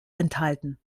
enthalten